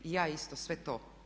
I ja isto sve to.